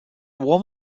war